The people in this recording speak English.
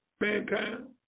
mankind